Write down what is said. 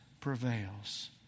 prevails